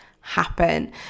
happen